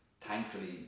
thankfully